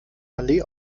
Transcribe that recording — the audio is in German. allee